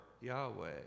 Yahweh